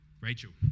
Rachel